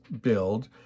build